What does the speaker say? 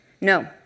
No